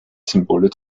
symbole